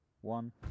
one